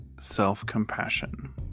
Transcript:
Self-Compassion